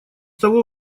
того